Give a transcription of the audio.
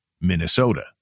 Minnesota